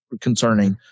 concerning